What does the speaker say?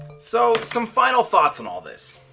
so some final thoughts on all this.